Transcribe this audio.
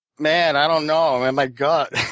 man, i don't know. my my gut.